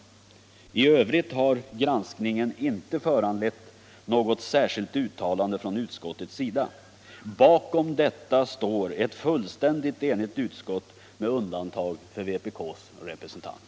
I övrigt har granskningen inte föranlett något särskilt uttalande från utskottets sida. Bakom detta står ett fullständigt enigt utskott med undantag för vpk:s representant.